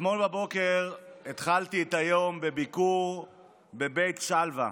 אתמול בבוקר התחלתי את היום בביקור בבית שלוה.